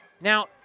now